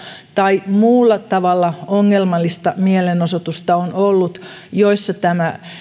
tai muulla tavalla ongelmallista mielenosoitusta on ollut joissa tarvitaan